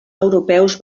europeus